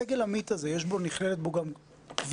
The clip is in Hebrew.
בסגל עמית נכללת גם קביעות?